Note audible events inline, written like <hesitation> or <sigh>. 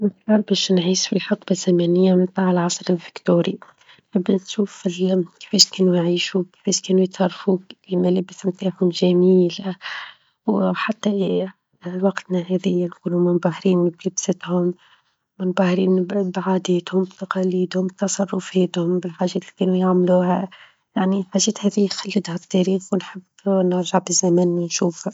نختار باش نعيش في الحقبة الزمنية متاع العصر الفيكتوري، نحب نشوف <hesitation> كيفاش كانو يعيشوا، كيفاش كانوا يتصرفوا، الملابس متاعهم جميلة، وحتى <hesitation> وقتنا هذايا نكونوا منبهرين بلبستهم، منبهرين بعاداتهم، بتقاليدهم، بتصرفاتهم بالحاجة اللي كانوا يعملوها، يعنى حاجات هذي يخلدها التاريخ، ونحب نرجع بالزمن، ونشوفها.